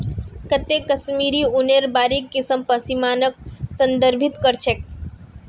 काते कश्मीरी ऊनेर बारीक किस्म पश्मीनाक संदर्भित कर छेक